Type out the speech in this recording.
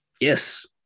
Yes